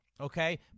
okay